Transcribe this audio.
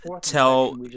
tell